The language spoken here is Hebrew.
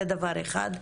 זה דבר אחד.